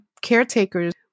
caretakers